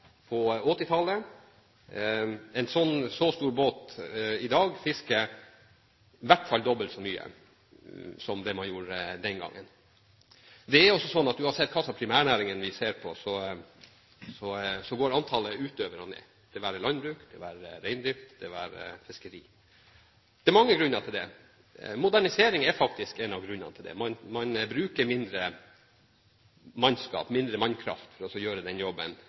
på 1980-tallet. Med en så stor båt fisker man i dag i hvert fall dobbelt så mye som det man gjorde den gangen. Det er også sånn at uansett hvilken primærnæring vi ser på, går antallet utøvere ned, det være seg landbruk, det være seg reindrift, det være seg fiskeri. Det er mange grunner til det. Modernisering er faktisk en av grunnene. Man bruker mindre mannskap, mindre mannskraft for å gjøre den samme jobben